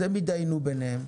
אז הם יתדיינו ביניהם.